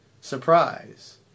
surprise